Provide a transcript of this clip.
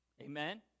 Amen